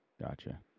gotcha